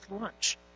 lunch